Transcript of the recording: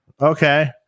okay